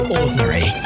ordinary